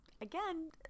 again